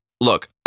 look